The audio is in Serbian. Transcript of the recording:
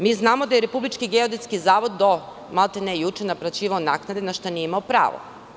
Mi znamo da je Republički geodetski zavod do maltene juče naplaćivao naknade, na šta nije imao pravo.